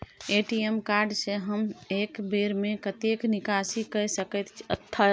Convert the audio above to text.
ATM card से हम एक बेर में कतेक निकासी कय सके छथिन?